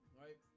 right